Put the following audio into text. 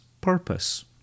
purpose